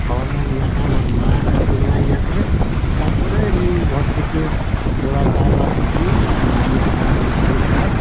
খাওয়ানার ইয়েটা আবার ওর মার ছোটোবেলায় ইয়ার পরে তারপরে আমি ঘর থেকে দু লাখ চার লাখ দিলেই মুরগি আপনার নিজে নিজে খায়